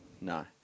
No